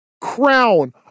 crown